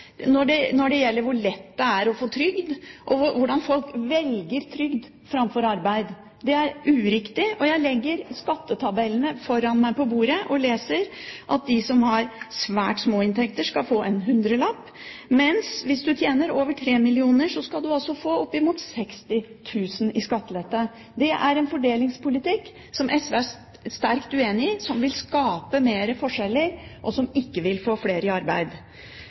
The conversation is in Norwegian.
når det gjelder sykefravær og hvor lett det er å få trygd, og at folk velger trygd framfor arbeid. Det er uriktig. Jeg legger her skattetabellene foran meg på bordet og leser at de som har svært små inntekter, skal få en hundrelapp i skattelette, mens man, hvis man tjener over 3 mill. kr, skal få opp mot 60 000 kr. Det er en fordelingspolitikk som SV er sterkt uenig i, som vil skape flere forskjeller, og som ikke vil få flere i arbeid.